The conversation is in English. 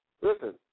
listen